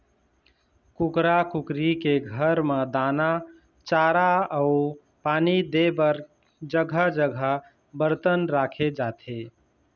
कुकरा कुकरी के घर म दाना, चारा अउ पानी दे बर जघा जघा बरतन राखे जाथे